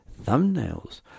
thumbnails